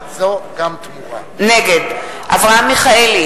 נגד אברהם מיכאלי,